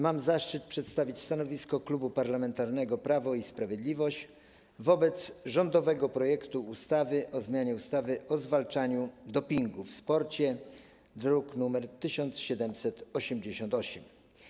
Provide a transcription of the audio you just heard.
Mam zaszczyt przedstawić stanowisko Klubu Parlamentarnego Prawo i Sprawiedliwość wobec rządowego projektu ustawy o zmianie ustawy o zwalczaniu dopingu w sporcie, druk nr 1788.